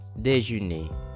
déjeuner